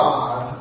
God